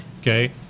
Okay